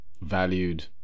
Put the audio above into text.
valued